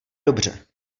dobře